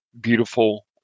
beautiful